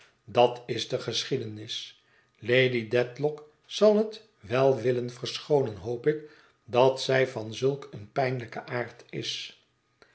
dat is de geschiedenis lady dedlock zal het wel willen verschoonen hoop ik dat zij van zulk een pijnlijken aard is